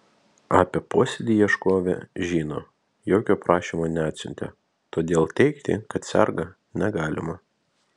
apie posėdį ieškovė žino jokio prašymo neatsiuntė todėl teigti kad serga negalima